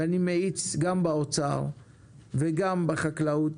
ואני מאיץ גם באוצר וגם בחקלאות